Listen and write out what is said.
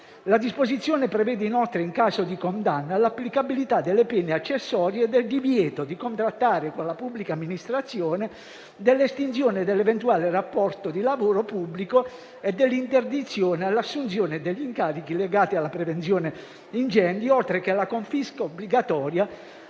La disposizione prevede inoltre, in caso di condanna, l'applicabilità delle pene accessorie del divieto di contrattare con la pubblica amministrazione, dell'estinzione dell'eventuale rapporto di lavoro pubblico e dell'interdizione all'assunzione degli incarichi legati alla prevenzione incendi, oltre alla confisca obbligatoria,